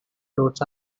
floats